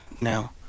now